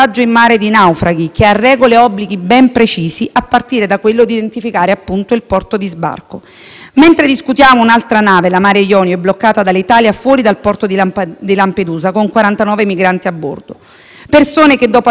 Mentre discutiamo, un'altra nave - la Mare Jonio - è rimasta bloccata dall'Italia fuori dal porto di Lampedusa con 49 migranti a bordo. Si tratta di persone che, dopo aver subito torture e ricevuto botte, stanno scappando dalle prigioni libiche, mettendo in pericolo la vita pur di non tornare in quell'inferno.